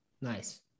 nice